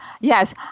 yes